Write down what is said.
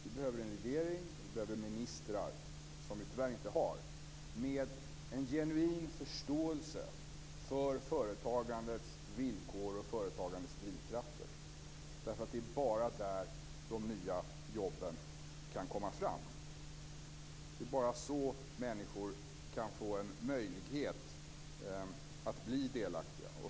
Vi behöver en regering och vi behöver ministrar - något som vi tyvärr inte har - med en genuin förståelse för företagandets villkor och drivkrafter. Det är bara där de nya jobben kan komma fram. Det är bara så människor kan få en möjlighet att bli delaktiga.